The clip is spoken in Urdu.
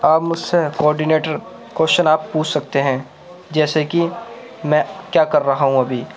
آپ مجھ سے کواڈینیٹر کویشچن آپ پوچھ سکتے ہیں جیسے کہ میں کیا کر رہا ہوں ابھی